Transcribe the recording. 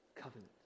Covenant